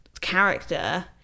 character